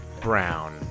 Brown